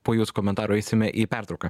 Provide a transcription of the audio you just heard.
po jūsų komentaro eisime į pertrauką